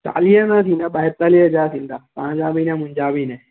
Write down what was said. चालीह न थींदा बाएतालीह हज़ार थींदा तव्हां जा बि न मुंहिंजा बि न